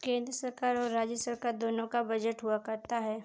केन्द्र सरकार और राज्य सरकार दोनों का बजट हुआ करता है